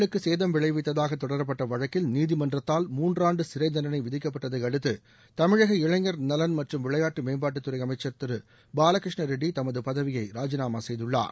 பொது கொத்துகளுக்கு கேதம் விளைவித்ததாக தொடரப்பட்ட வழக்கில் நீதிமன்றத்தால் மூன்றாண்டு சிறைதண்டளை விதிக்கப்பட்டதையடுத்து தமிழக இளைஞர் நலன் மற்றும் விளையாட்டு மேம்பாட்டுத்துறை அமைச்சள் திரு பாலகிருஷ்ணா ரெட்டி தமது பதவியை ராஜினாமா செய்துள்ளார்